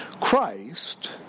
Christ